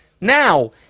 Now